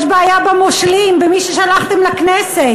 יש בעיה במושלים, במי ששלחתם לכנסת.